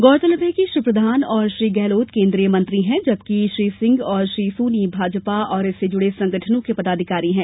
गौरतलब है कि श्री प्रधान और श्री गेहलोत केंद्रीय मंत्री हैं जबकि श्री सिंह और श्री सोनी भाजपा और इससे जुड़े संगठनों के पदाधिकारी हैं